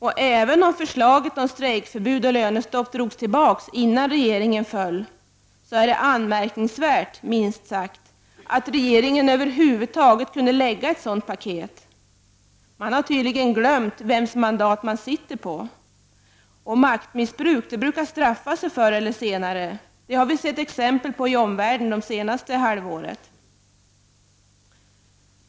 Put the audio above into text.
Och även om förslaget om strejkförbud och lönestopp drogs tillbaka innan regeringen föll, är det minst sagt anmärkningsvärt att regeringen över huvud taget kunde lägga fram ett sådant paket. Den har tydligen glömt vems mandat den sitter på. Att maktmissbruk straffar sig förr eller senare, det har vi sett exempel på i omvärlden det senaste halvåret.